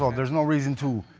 so there's no reason to.